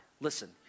listen